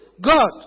God